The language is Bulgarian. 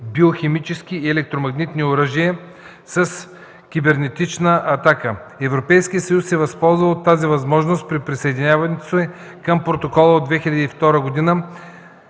биохимически и електромагнитни оръжия, с кибернетична атака. Европейският съюз се възползва от тази възможност при присъединяването си към протокола от 2002 г. и